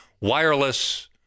wireless